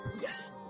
Yes